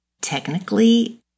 technically